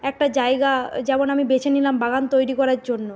একটা জায়গা যেমন আমি বেছে নিলাম বাগান তৈরি করার জন্য